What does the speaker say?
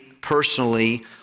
personally